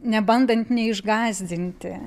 nebandant neišgąsdinti